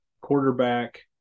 quarterback